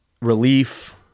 relief